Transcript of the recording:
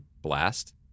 blast